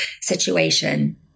situation